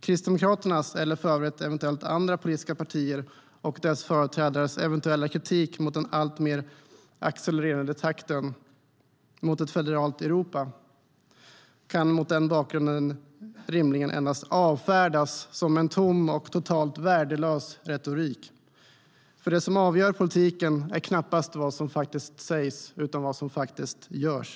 Kristdemokraternas eller för övrigt eventuellt andra politiska partier och dess företrädares eventuella kritik mot den alltmer accelererande takten mot ett federalt Europa kan mot den bakgrunden rimligen endast avfärdas som en tom och totalt värdelös retorik, för det som avgör politiken är knappast vad som sägs utan vad som faktiskt görs.